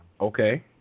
Okay